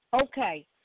Okay